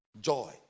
joy